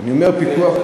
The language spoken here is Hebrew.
אני אומר: פיקוח,